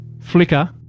flicker